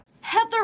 Heather